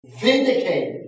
vindicated